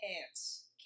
pants